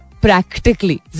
practically